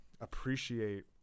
appreciate